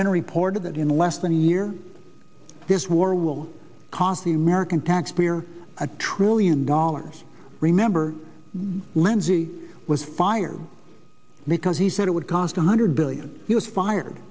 been reported that in less than a year this war will cost the american taxpayer a trillion dollars remember lenzie was fired because he said it would cost one hundred billion he was fired